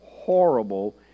horrible